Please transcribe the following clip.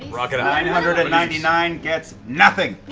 like nine hundred and ninety nine gets nothing!